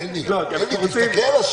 אני מבקש שלושה דברים גם הדבר שאמר כרגע